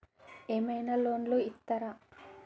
ఏమైనా లోన్లు ఇత్తరా?